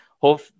Hope